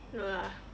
no lah